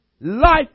Life